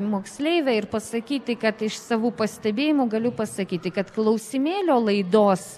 moksleivę ir pasakyti kad iš savų pastebėjimų galiu pasakyti kad klausimėlio laidos